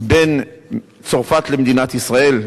בין צרפת למדינת ישראל,